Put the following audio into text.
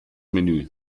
menü